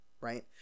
right